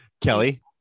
Kelly